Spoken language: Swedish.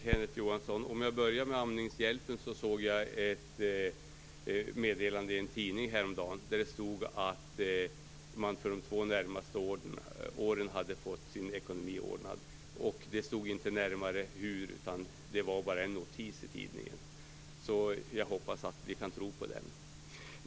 Fru talman! Kenneth Johansson, i fråga om Amningshjälpen såg jag häromdagen ett meddelande i en tidning. Det stod att man för de två närmaste åren fått sin ekonomi ordnad. Hur stod det inget närmare om, utan det var bara en notis i tidningen. Jag hoppas att vi kan tro på den.